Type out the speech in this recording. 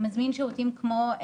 מזמין שירותים כמו,